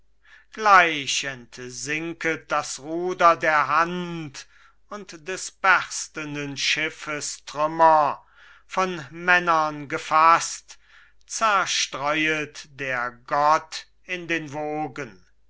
gleich entsinket das ruder der hand und des berstenden schiffes trümmer von männern gefaßt zerstreuet der gott in den wogen